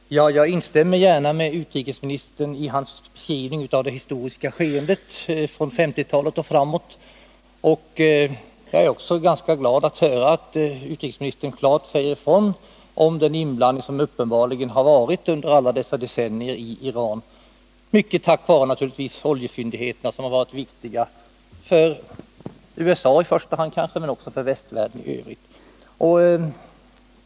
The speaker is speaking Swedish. Fru talman! Jag instämmer gärna i utrikesministerns beskrivning av det historiska skeendet från 1950-talet och framåt. Jag är också ganska glad att höra att utrikesministern klart säger ifrån om den inblandning som uppenbarligen har förekommit under alla dessa decennier i Iran. I stor utsträckning beror naturligtvis denna inblandning på oljefyndigheterna. De 95 har varit viktiga, i första hand kanske för USA men också för västvärlden i övrigt.